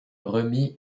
remis